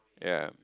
yea